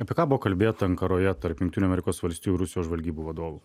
apie kabo kalbėti ankaroje tarp jungtinių amerikos valstijų rusijos žvalgybų vadovų